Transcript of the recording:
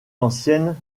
anciennes